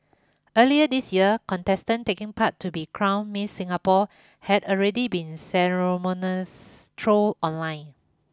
earlier this year contestant taking part to be crown Miss Singapore had already been ceremoniously trolled online